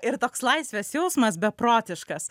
ir toks laisvės jausmas beprotiškas